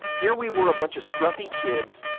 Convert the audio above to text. here we were, a bunch of scruffy kids,